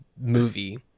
movie